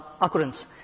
occurrence